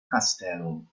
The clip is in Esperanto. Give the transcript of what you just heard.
kastelon